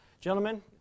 Gentlemen